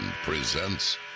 presents